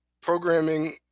programming